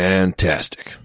Fantastic